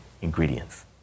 ingredients